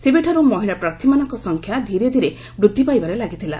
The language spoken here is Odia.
ସେବେଠାରୁ ମହିଳା ପ୍ରାର୍ଥୀମାନଙ୍କ ସଂଖ୍ୟା ଧୀରେ ଧୀରେ ବୃଦ୍ଧି ପାଇବାରେ ଲାଗିଥିଲା